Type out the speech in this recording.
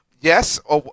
Yes